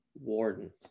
warden